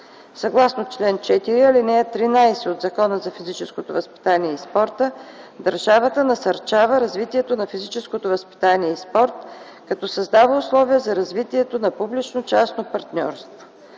Съгласно чл. 4, ал. 13 от Закона за физическото възпитание и спорта държавата насърчава развитието на физическото възпитание и спорта, като създава условия за развитие на публично-частното партньорство.